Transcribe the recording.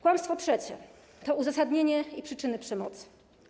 Kłamstwo trzecie to uzasadnienie i przyczyny przemocy.